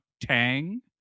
Tang